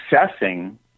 assessing